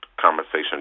conversation